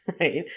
right